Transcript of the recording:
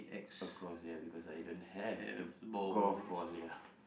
across it ya because I don't have the golf ball here